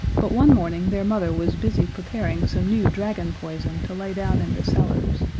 but one morning their mother was busy preparing some new dragon poison to lay down in the cellars,